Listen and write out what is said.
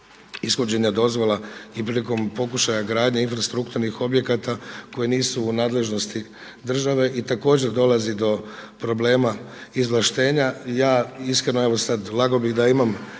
ishođenja dozvola i prilikom pokušaja gradnje infrastrukturnih objekata koji nisu u nadležnosti države i također dolazi do problema izvlaštenja. Ja iskreno evo sada lagao bih da imam